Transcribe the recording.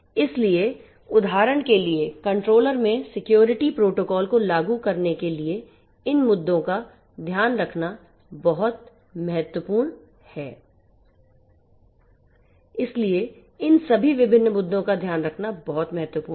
इसलिए उदाहरण के लिए कंट्रोलर में सिक्योरिटी प्रोटोकॉल को लागू करने के लिए इन मुद्दों का ध्यान रखना बहुत महत्वपूर्ण है इसलिए इन सभी विभिन्न मुद्दों का ध्यान रखना बहुत महत्वपूर्ण है